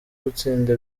gutsinda